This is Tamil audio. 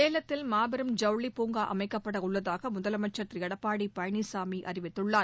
சேலத்தில் மாபெரும் ஜவுளிப்பூங்கா அமைக்கப்படவுள்ளதாக முதலமைச்சர் திரு எடப்பாடி பழனிசாமி அறிவித்துள்ளார்